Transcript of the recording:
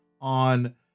on